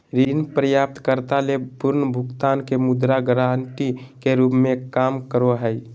ऋण प्राप्तकर्ता ले पुनर्भुगतान के मुद्रा गारंटी के रूप में काम करो हइ